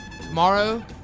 Tomorrow